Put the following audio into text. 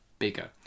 bigger